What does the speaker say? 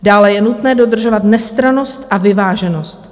Dále je nutné dodržovat nestrannost a vyváženost.